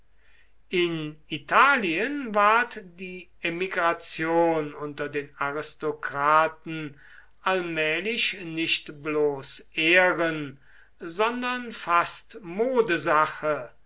in italien ward die emigration unter den aristokraten allmählich nicht bloß ehren sondern fast